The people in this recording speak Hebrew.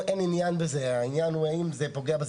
בסוף יש לפעמים,